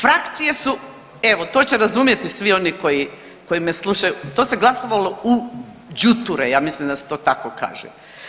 Frakcije su evo to će razumjeti svi oni koji, koji me slušaju, to se glasovalo u đuture ja mislim da se to tako kaže.